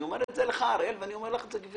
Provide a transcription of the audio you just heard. אני אומר את זה לך הראל שליסל ואני אומר לך גברת טרנר.